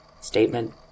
Statement